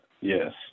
Yes